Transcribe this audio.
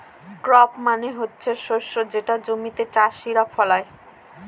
crop মানে হচ্ছে শস্য যেটা জমিতে চাষীরা ফলায়